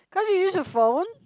cause you use your phone